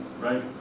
right